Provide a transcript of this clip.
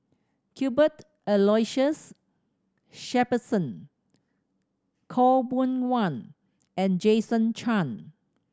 Cuthbert Aloysius Shepherdson Khaw Boon Wan and Jason Chan